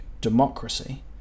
democracy